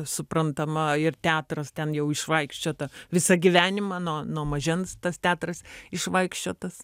suprantama ir teatras ten jau išvaikščiota visą gyvenimą nuo nuo mažens tas teatras išvaikščiotas